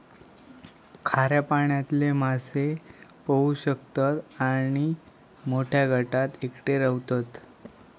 खाऱ्या पाण्यातले मासे पोहू शकतत आणि मोठ्या गटात एकटे रव्हतत